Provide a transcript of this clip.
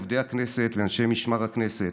עובדי הכנסת ואנשי משמר הכנסת,